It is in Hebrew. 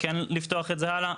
לפתוח את זה הלאה.